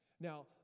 Now